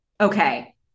okay